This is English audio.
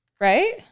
right